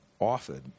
offered